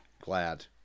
Glad